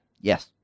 Yes